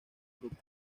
grupos